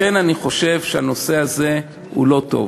לכן אני חושב שהנושא הזה הוא לא טוב,